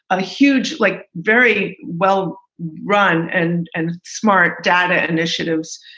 a huge like very well run and and smart data initiatives,